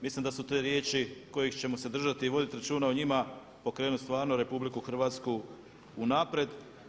Mislim da su to riječi kojih ćemo se držati i voditi računa o njima pokrenuti stvarno RH unaprijed.